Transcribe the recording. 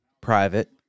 private